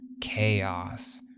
chaos